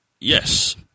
Yes